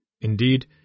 Indeed